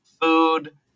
food